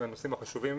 הנושאים החשובים.